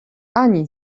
ani